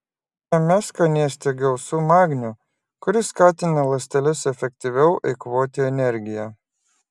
šiame skanėste gausu magnio kuris skatina ląsteles efektyviau eikvoti energiją